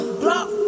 block